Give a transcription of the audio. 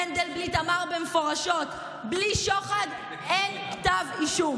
מנדלבליט אמר מפורשות: בלי שוחד אין כתב אישום.